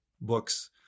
books